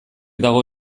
dago